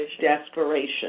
desperation